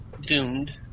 doomed